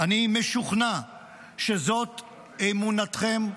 אני משוכנע שזאת אמונתכם,